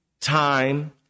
time